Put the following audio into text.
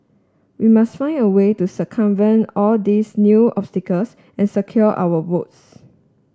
we must find a way to circumvent all these new obstacles and secure our votes